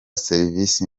serivisi